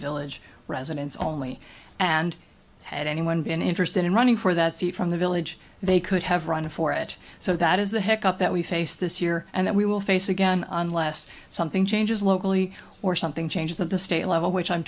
village residents only and had anyone been interested in running for that seat from the village they could have run for it so that is the heck up that we face this year and that we will face again unless something changes locally or something changes of the state level which i'm